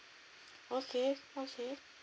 okay okay